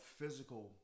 physical